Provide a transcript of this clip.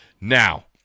Now